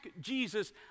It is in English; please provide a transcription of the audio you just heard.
Jesus